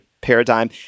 paradigm